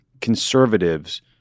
conservatives